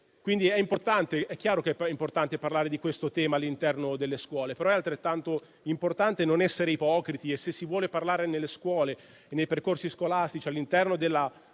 lasciandolo morire. È chiaro allora che è importante parlare di questo tema all'interno delle scuole, però lo è altrettanto non essere ipocriti e, se si vuole parlare nelle scuole e nei percorsi scolastici, all'interno dell'ora